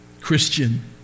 Christian